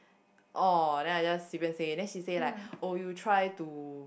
oh then I just 随便 say then she say like oh you try to